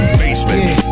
basement